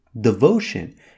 devotion